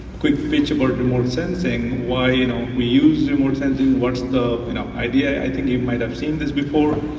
quick picture of but remote sensing. why you know we use remote sensing, what's the you know idea. i think you might have seen this before.